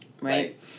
Right